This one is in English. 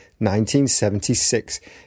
1976